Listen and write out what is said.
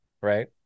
right